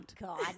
God